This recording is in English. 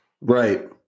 Right